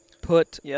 put